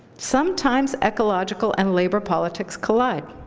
sometimes ecological and labor politics collide.